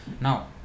Now